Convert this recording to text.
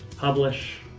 publish.